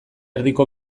erdiko